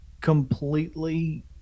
completely